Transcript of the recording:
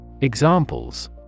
Examples